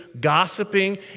gossiping